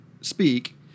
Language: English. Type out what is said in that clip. speak